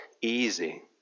easy